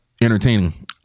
entertaining